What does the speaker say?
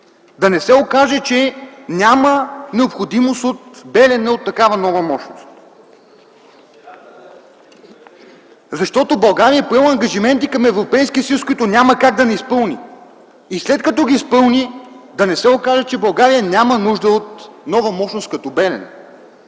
да не се окаже, че няма необходимост от „Белене” и от такава нова мощност. Защото България е поела ангажименти към Европейския съюз, които няма как да не изпълни. И след като ги изпълни, да не се окаже, че България няма нужда от нова мощност като „Белене”.